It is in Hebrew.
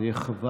זה יהיה חבל,